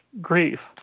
grief